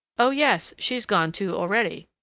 oh! yes! she's gone, too, already.